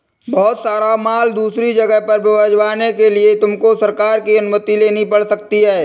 बहुत सारा माल दूसरी जगह पर भिजवाने के लिए तुमको सरकार की अनुमति लेनी पड़ सकती है